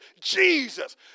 Jesus